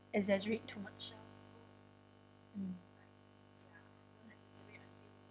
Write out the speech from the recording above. exaggerate too much mm